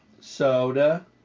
soda